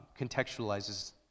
contextualizes